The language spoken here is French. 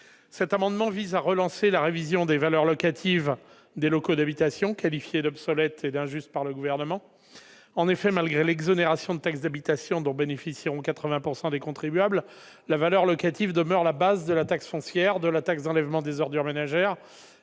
Cet amendement vise à relancer la révision des valeurs locatives des locaux d'habitation, qualifiées d'obsolètes et d'injustes par le Gouvernement. En effet, malgré l'exonération de taxe d'habitation dont bénéficieront 80 % des contribuables, la valeur locative demeure la base de la taxe foncière et de la taxe d'enlèvement des ordures ménagères.